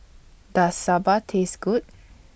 Does Sambar Taste Good